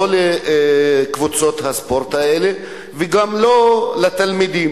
לא לקבוצות הספורט האלה וגם לא לתלמידים.